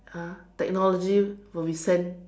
uh technology will be sent